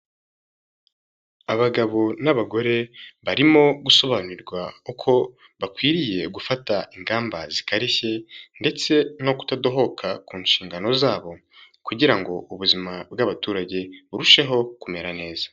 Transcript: Abagabo n'abagore barimo gusobanurirwa uko bakwiriye gufata ingamba zikarishye ndetse no kutadohoka ku nshingano zabo, kugira ngo ubuzima bw'abaturage burusheho kumera neza.